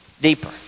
deeper